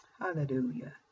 Hallelujah